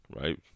right